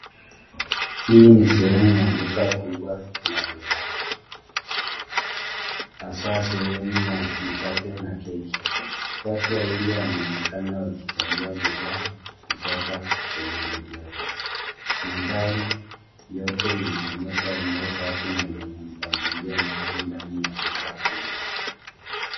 Hii ni sehemu ya duka kubwa la bidhaa, hasa sehemu ya mikate na keki. Watu wawili wanaonekana wakichagua bidhaa kutoka kwenye vibweta. Mandhari yote inaonyesha eneo safi na lenye mpangilio mzuri ndani ya duka kubwa.